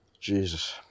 Jesus